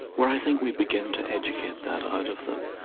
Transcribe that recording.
where i think we begin to educate that out of them.